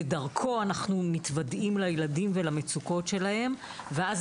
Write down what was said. ודרכו אנחנו מתוודעים לילדים ולמצוקות שלהם ואז